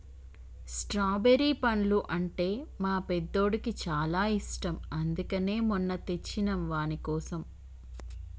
strawberry పండ్లు అంటే మా పెద్దోడికి చాలా ఇష్టం అందుకనే మొన్న తెచ్చినం వానికోసం